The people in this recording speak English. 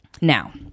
now